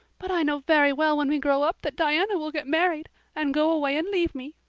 but i know very well when we grow up that diana will get married and go away and leave me.